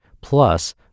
plus